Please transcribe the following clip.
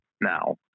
Now